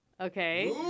Okay